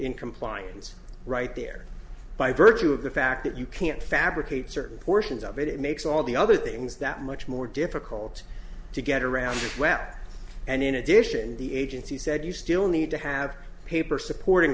in compliance right there by virtue of the fact that you can't fabricate certain portions of it it makes all the other things that much more difficult to get around well and in addition the agency said you still need to have paper supporting